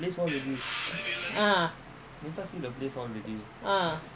ah